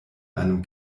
einem